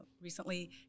recently